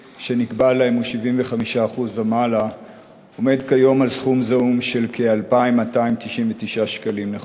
שנקבע להם הוא 75% ומעלה עומדת כיום על סכום זעום של 2,299 שקלים לחודש.